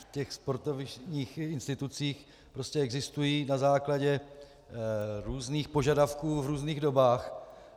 v těch sportovištích, institucích prostě existují na základě různých požadavků v různých dobách.